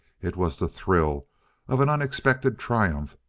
it was the thrill of an unexpected triumph,